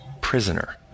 Prisoner